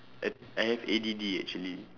I I have A_D_D actually